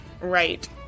right